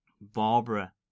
Barbara